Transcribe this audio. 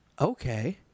okay